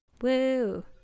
Woo